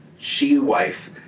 she-wife